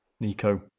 Nico